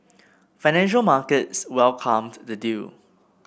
financial markets welcomed the deal